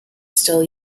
still